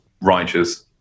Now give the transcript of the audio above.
righteous